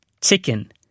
chicken